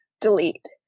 delete